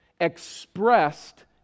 expressed